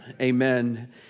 Amen